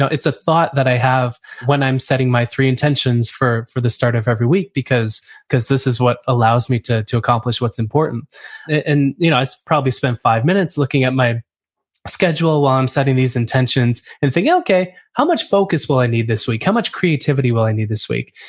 ah it's a thought that i have when i'm setting my three intentions for for the start of every week because because this is what allows me to to accomplish what's important and you know i probably spend five minutes looking at my schedule while i'm setting these intentions, and thinking, okay, how much focus will i need this week? how much creativity will i need this week?